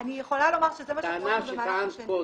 אני יכולה לומר שזה מה שראינו במהלך השנים.